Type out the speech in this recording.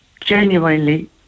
genuinely